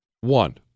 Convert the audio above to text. One